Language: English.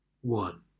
One